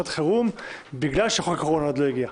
חירום בגלל שחוק הקורונה עוד לא הגיע.